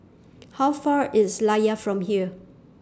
How Far IS Layar from here